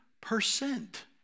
percent